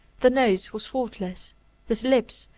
the nose was faultless the lips,